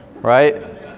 right